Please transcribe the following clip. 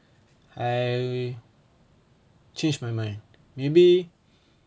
I changed my mind maybe